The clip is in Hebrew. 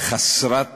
חסרת